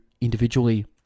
individually